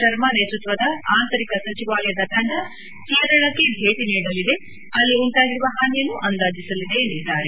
ಶರ್ಮಾ ನೇತೃತ್ಯದ ಆಂತರಿಕ ಸಚಿವಾಲಯದ ತಂಡ ಕೇರಳಕ್ಕೆ ಭೇಟಿ ಅಲ್ಲಿ ಉಂಟಾಗಿರುವ ಹಾನಿಯನ್ನು ಅಂದಾಜಿಸಲಿದೆ ಎಂದಿದ್ದಾರೆ